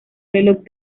reloj